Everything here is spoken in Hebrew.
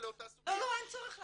לא, אין צורך להסביר.